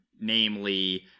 namely